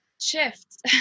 shift